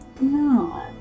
No